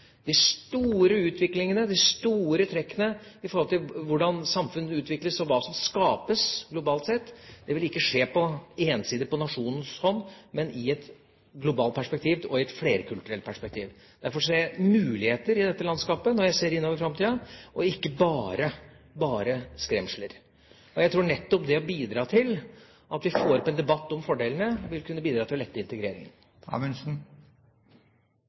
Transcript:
De store utviklingene og de store trekkene med tanke på hvordan samfunn utvikles og hva som skapes globalt sett, vil ikke skje ensidig på nasjonens hånd, men i et globalt og flerkulturelt perspektiv. Derfor ser jeg muligheter i dette landskapet når jeg ser inn i framtida, ikke bare skremsler. Jeg tror at nettopp det å få opp en debatt om fordelene, vil kunne bidra til å lette integreringen.